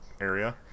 area